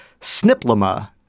sniplama